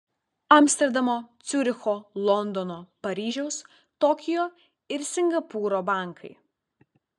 amsterdamo ciuricho londono paryžiaus tokijo ir singapūro bankai